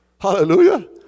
hallelujah